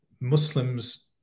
Muslims